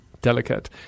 delicate